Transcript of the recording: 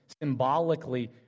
symbolically